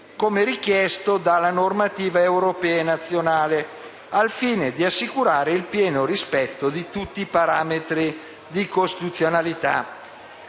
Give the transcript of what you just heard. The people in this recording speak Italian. come richiesto dalla normativa europea e nazionale, al fine di assicurare il pieno rispetto di tutti i parametri di costituzionalità.